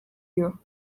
you